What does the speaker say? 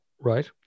right